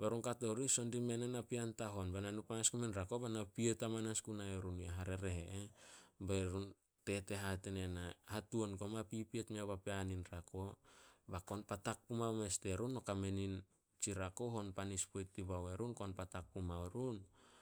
Be run kato rih son dimea na napean tahon be na nu panas gume in rako be na piet hamanas gunai run harereh e eh." Tete hate ne na, "Hatuan koma pipiet meo papean in rako, ba kon patak pumao mes terun. No kame nin, tsi rako hon panis poit dibao erun, kon patak pumao erun."